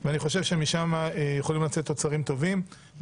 אז ברשותכם, אלך,